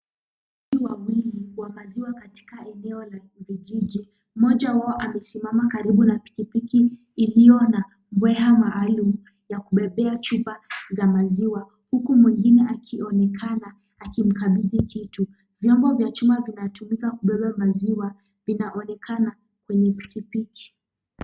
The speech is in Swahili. Watu wawili wa maziwa katika eneo la kijiji. Mmoja wao amesimama karibu na pikipiki iliyo na mbeha maalum ya kubebea chupa za maziwa huku mwingine akionekana akimkabidhi kitu. Vyombo vya chuma vinatumika kubeba maziwa vinaonekana kwenye pikipiki.